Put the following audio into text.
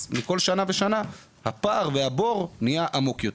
אז כל שנה הבור נהייה עמוק יותר.